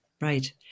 right